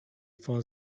for